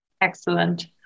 Excellent